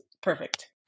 perfect